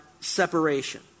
separation